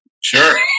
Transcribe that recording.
Sure